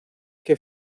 que